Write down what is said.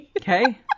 okay